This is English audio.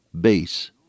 base